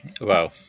Wow